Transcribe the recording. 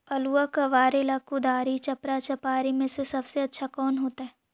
आलुआ कबारेला कुदारी, चपरा, चपारी में से सबसे अच्छा कौन होतई?